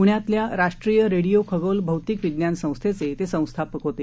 पुण्यातल्या राष्ट्रीय रेडिओ खगोल भौतिक विज्ञान संस्थेचे ते संस्थापक होते